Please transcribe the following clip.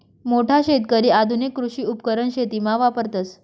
मोठा शेतकरी आधुनिक कृषी उपकरण शेतीमा वापरतस